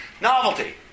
Novelty